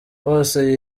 hose